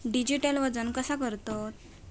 Digital वजन कसा करतत?